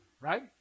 right